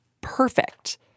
perfect